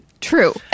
True